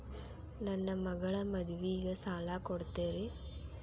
ನನ್ನ ಮಗಳ ಮದುವಿಗೆ ಸಾಲ ಕೊಡ್ತೇರಿ?